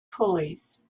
pulleys